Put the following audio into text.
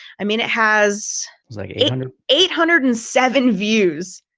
i mean, it has like eight and eight hundred and seven views,